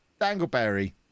dangleberry